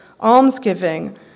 almsgiving